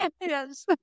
yes